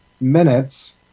minutes